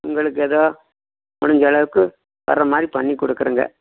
உங்களுக்கு ஏதோ முடிஞ்சளவுக்கு வர மாதிரி பண்ணி குடுக்குறேங்க